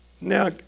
Now